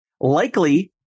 Likely